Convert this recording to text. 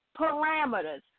parameters